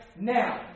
now